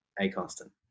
A-constant